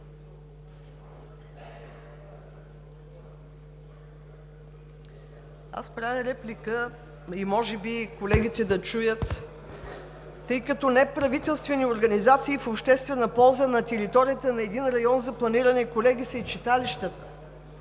Аз правя реплика, може би и колегите да чуят, тъй като неправителствени организации в обществена полза на територията на един район за планиране, колеги, са и читалищата.